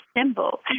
symbol